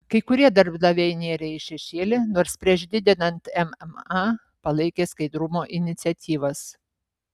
kai kurie darbdaviai nėrė į šešėlį nors prieš didinant mma palaikė skaidrumo iniciatyvas